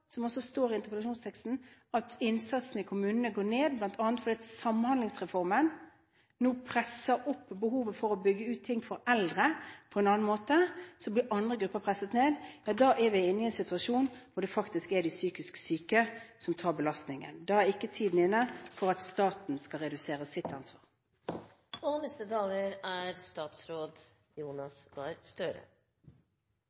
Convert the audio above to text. som det også står i interpellasjonsteksten, at innsatsen i kommunene går ned bl.a. fordi Samhandlingsreformen nå presser opp behovet for å bygge ut ting for eldre på en annen måte så andre grupper blir presset ned – er vi i en situasjon hvor det faktisk er de psykisk syke som tar belastningen. Da er ikke tiden inne for at staten skal redusere sitt ansvar. Jeg vil begynne mitt annet innlegg som jeg begynte det første: Det er